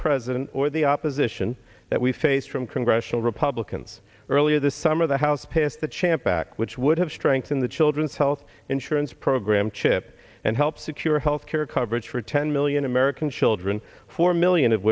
president or the opposition that we faced from congressional republicans earlier this summer the house passed the champ back which would have strengthen the children's health insurance program chip and help secure health care coverage for ten million american children four million of